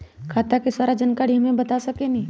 खाता के सारा जानकारी हमे बता सकेनी?